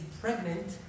pregnant